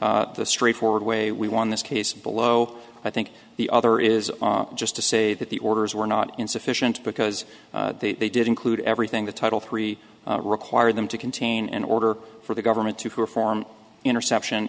the straightforward way we won this case below i think the other is just to say that the orders were not insufficient because they did include everything that title three required them to contain in order for the government to perform interception